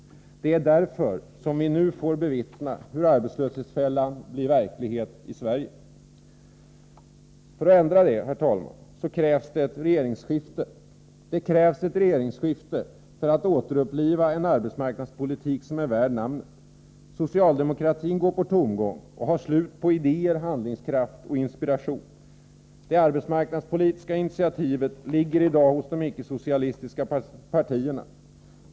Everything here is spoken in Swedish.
Det är därför vi nu får bevittna hur arbetslöshetsfällan blir verklighet i Sverige. Det krävs ett regeringsskifte för att ändra på detta och för att landet skall få en arbetsmarknadspolitik värd namnet. Socialdemokratin går på tomgång och har slut på idéer, handlingskraft och inspiration. Det arbetsmarknadspolitiska initiativet ligger i dag hos de icke-socialistiska partierna.